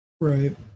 Right